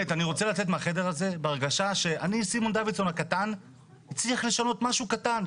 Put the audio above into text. אני רוצה לצאת מהחדר הזה שאני סימון דוידסון הקטן הצליח לשנות משהו קטן.